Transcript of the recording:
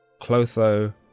Clotho